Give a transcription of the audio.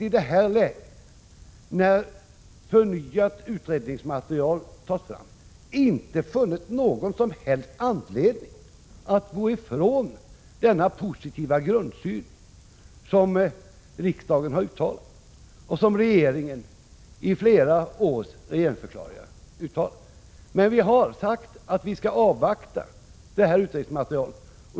I detta läge, när förnyat utredningsmaterial tas fram, har utskottet inte funnit någon som helst anledning att gå ifrån denna positiva grundsyn som riksdagen har uttalat och som regeringen i flera års regeringsförklaringar uttalat. Men vi har sagt att vi skall avvakta utredningsmaterialet.